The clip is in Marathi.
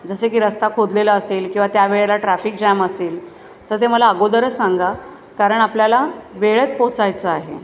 जसे की रस्ता खोदलेला असेल किंवा त्यावेळेला ट्रॅफिक जॅम असेल तर ते मला अगोदरच सांगा कारण आपल्याला वेळेत पोहोचायचं आहे